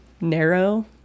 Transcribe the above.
narrow